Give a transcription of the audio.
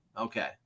Okay